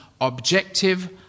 objective